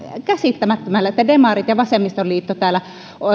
käsittämättömälle että demarit ja vasemmistoliitto täällä